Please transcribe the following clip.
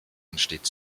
entsteht